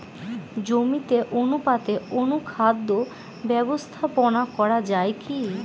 জমিতে অনুপাতে অনুখাদ্য ব্যবস্থাপনা করা য়ায় কি?